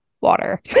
water